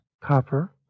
copper